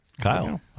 kyle